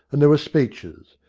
and there were speeches.